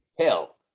hell